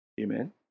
Amen